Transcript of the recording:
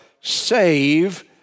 save